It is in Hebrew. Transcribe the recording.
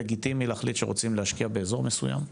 לגיטימי שרוצים להחליט להשקיע באזור מסוים.